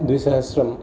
द्विसहस्रम्